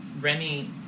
Remy